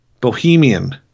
Bohemian